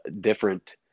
different